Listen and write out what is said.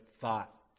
thought